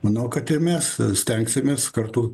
manau kad ir mes stengsimės kartu